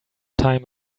time